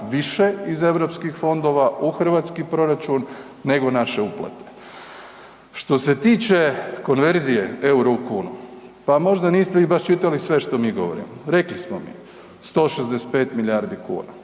više iz Europskih fondova u hrvatski proračun nego naše uplate. Što se tiče konverzije EUR-o u kunu pa možda niste vi baš čitali sve što mi govorimo. Rekli smo 165 milijardi kuna,